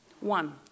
One